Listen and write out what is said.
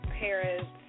parents